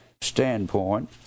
standpoint